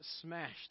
smashed